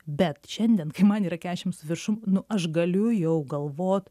bet šiandien kai man yra kešim viršum nu aš galiu jau galvot